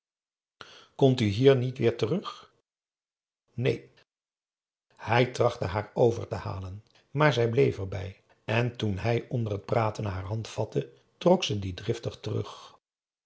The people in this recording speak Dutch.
komt u hier niet wêer terug neen hij trachtte haar over te halen maar zij bleef erbij en toen hij onder het praten haar hand vatte trok ze die driftig terug